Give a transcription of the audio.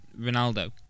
Ronaldo